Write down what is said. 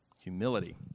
Humility